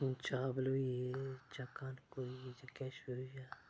जियां चावल होई गे जा कनक किश होई गेआ